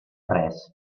res